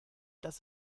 das